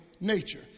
nature